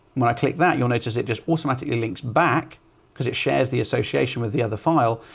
when i click that you'll notice it just automatically links back cause it shares the association with the other file.